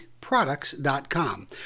products.com